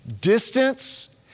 distance